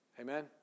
Amen